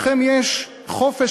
לכם יש חופש,